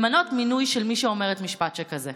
למנות מינוי של מי שאומרת משפט שכזה?